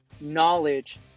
knowledge